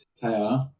player